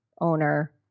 owner